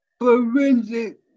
forensic